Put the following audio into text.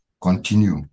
Continue